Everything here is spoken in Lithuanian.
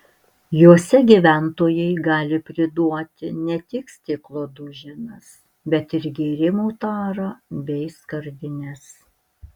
juose gyventojai gali priduoti ne tik stiklo duženas bet ir gėrimų tarą bei skardines